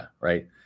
right